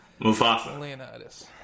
Mufasa